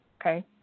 Okay